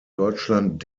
deutschland